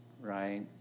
right